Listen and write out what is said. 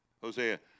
Hosea